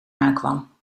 aankwam